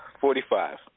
Forty-five